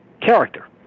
character